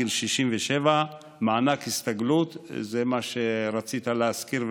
מענק הסתגלות זה מה שרצית להזכיר,